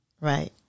Right